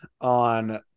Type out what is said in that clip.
on